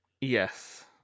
Yes